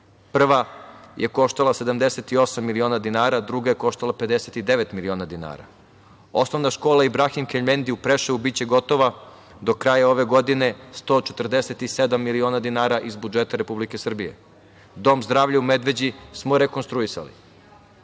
Prva je koštala 78 miliona dinara, druga je koštala 59 miliona dinara. Osnovna škola „Ibrahim Kendi“ u Preševu biće gotova do kraja ove godine, 147 miliona dinara iz budžeta Republike Srbije. Dom zdravlja u Medveđi smo rekonstruisali. Imate